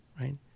right